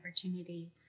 opportunity